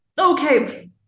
Okay